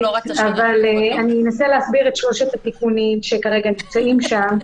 אבל אני אנסה להסביר את שלושת התיקונים שכרגע נמצאים שם.